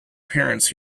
parents